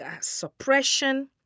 suppression